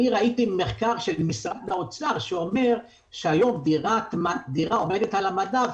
ראיתי מחקר של משרד האוצר שאומר שהיום דירה עומדת על המדף